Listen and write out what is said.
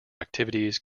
activities